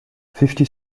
fifty